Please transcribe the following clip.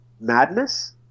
madness